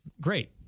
great